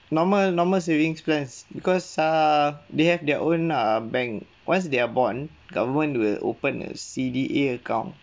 normal normal savings plans because err they have their own uh bank once they are born government will open a C_D_A account